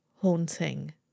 Haunting